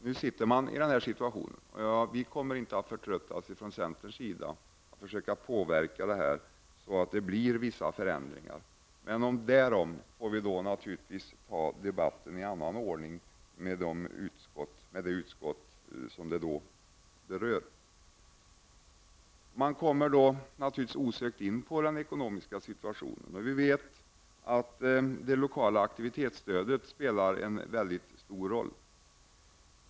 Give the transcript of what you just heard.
Nu befinner man sig i den här situationen. Vi i centern kommer inte att förtröttas när det gäller att försöka påverka situationen och åstadkomma vissa förändringar. Men den debatten får vi naturligtvis ta i en annan ordning när vi fått betänkanden från de utskott som det då gäller. Man kommer då naturligtvis osökt in på den ekonomiska situationen. Det lokala aktivitetsstödet spelar en mycket stor roll.